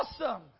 awesome